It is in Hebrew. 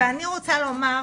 ואני רוצה לומר,